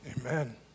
Amen